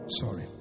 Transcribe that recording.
sorry